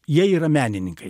jie yra menininkai